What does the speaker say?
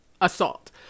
assault